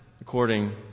according